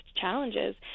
challenges